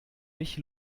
mich